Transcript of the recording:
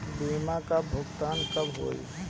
बीमा का भुगतान कब होइ?